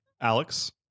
Alex